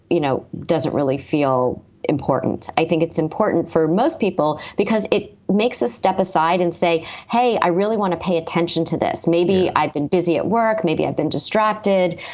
you know, doesn't really feel important. i think it's important for most people because it makes us step aside and say, hey, i really want to pay attention to this. maybe i've been busy at work, maybe i've been distracted.